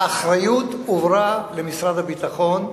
האחריות הועברה למשרד הביטחון.